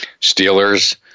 Steelers